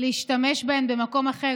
להשתמש בהן במקום אחר,